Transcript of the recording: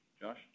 Josh